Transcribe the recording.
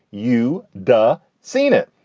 you de seen it.